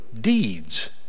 deeds